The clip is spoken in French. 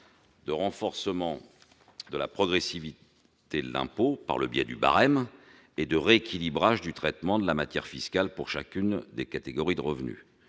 de renforcement de la progressivité de l'impôt par le biais du barème et de rééquilibrage du traitement de la matière fiscale pour chacune des catégories de revenu.